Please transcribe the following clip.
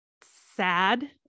sad